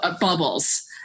bubbles